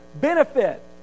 benefit